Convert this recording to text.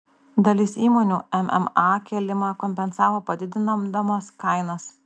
dalis įmonių mma kėlimą kompensavo padidindamos kainas